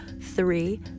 three